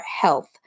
health